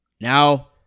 Now